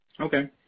Okay